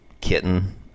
kitten